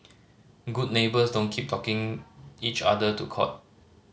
good neighbours don't keep talking each other to court